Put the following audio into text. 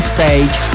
Stage